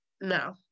no